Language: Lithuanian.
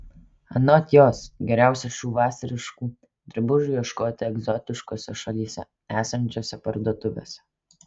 anot jos geriausia šių vasariškų drabužių ieškoti egzotiškose šalyse esančiose parduotuvėse